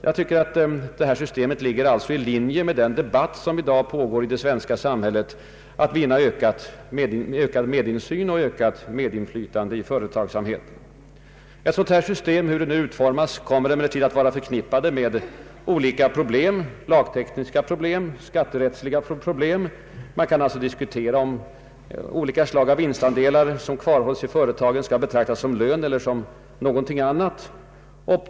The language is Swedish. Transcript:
Jag tycker alltså att sådana system ligger i linje med den debatt som i dag pågår i det svenska samhället om ökad insyn och ökat medinflytande i företagsamheten. Sådana system kommer, hur de nu utformas, emellertid att vara förknippade med olika problem, lagtekniska och skatterättsliga. Man kan alltså diskutera om vinstandelar som kvarhålls i företagen skall betraktas såsom lön eller såsom någonting annat.